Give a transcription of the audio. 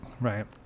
Right